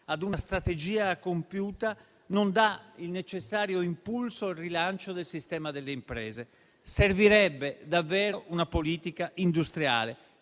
a una strategia compiuta non dà il necessario impulso al rilancio del sistema delle imprese. Servirebbe davvero una politica industriale